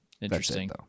Interesting